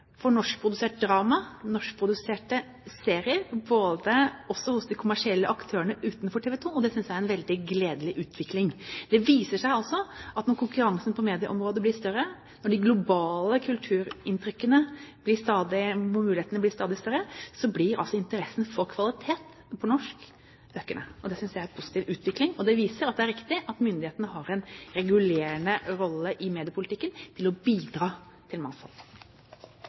for norskprodusert drama og norskproduserte serier også hos de kommersielle aktørene utenfor TV 2, og det synes jeg er en gledelig utvikling. Det viser seg altså at når konkurransen på medieområdet blir større, når de globale mulighetene blir stadig større, blir interessen for kvalitet på norske program økende. Det synes jeg er en positiv utvikling. Det viser at det er riktig at myndighetene har en regulerende rolle i mediepolitikken for å bidra til mangfold.